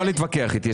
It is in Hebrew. לא להתווכח איתי,